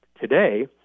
today